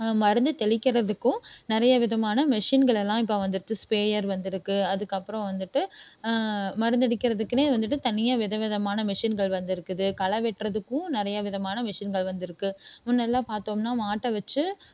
மருந்து தெளிக்கறதுக்கும் நிறைய விதமான மிஷின்களெல்லாம் இப்போது வந்துடுச்சு ஸ்ப்ரேயர் வந்திருக்கு அதுக்கப்புறம் வந்துட்டு மருந்தடிக்கறதுக்குன்னே வந்துட்டு தனியாக விதவிதமான மிஷின்கள் வந்திருக்குது களை வெட்டுறதுக்கும் நிறைய விதமான மிஷின்கள் வந்துருக்குது முன்னெல்லாம் பார்த்தோம்னா மாட்டை வச்சு